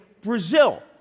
Brazil